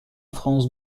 france